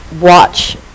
watch